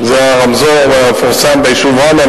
זה הרמזור המפורסם ביישוב ראמה.